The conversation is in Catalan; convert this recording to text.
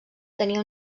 tenia